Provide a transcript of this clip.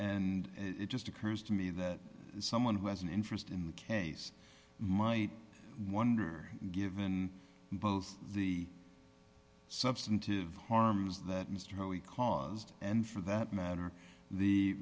and it just occurs to me that someone who has an interest in the case might wonder given both the substantive harms that mr know he caused and for that matter the